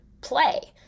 play